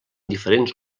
diferents